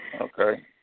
Okay